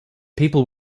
people